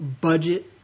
budget